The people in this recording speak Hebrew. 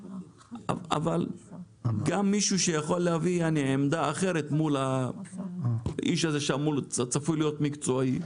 אבל גם מישהו שיכול להביע עמדה אחרת מול האיש הזה שצפוי להיות מקצועי.